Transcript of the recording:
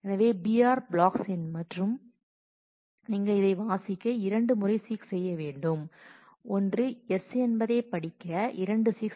எனவே br blocks மற்றும் நீங்கள் அதை வாசிக்க இரண்டு முறை சீக் செய்ய வேண்டும் ஒன்று s என்பதை படிக்க 2 சீக்